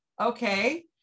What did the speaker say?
okay